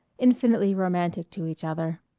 infinitely romantic to each other.